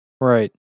Right